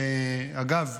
אגב,